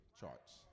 charts